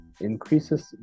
increases